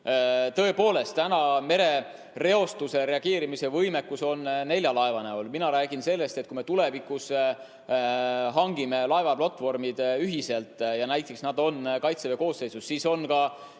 Tõepoolest, täna on merereostusele reageerimise võimekus nelja laevaga. Mina räägin sellest, et kui me tulevikus hangime laevaplatvormid ühiselt ja näiteks need on kaitseväe koosseisus, siis on need